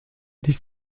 les